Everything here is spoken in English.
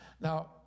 Now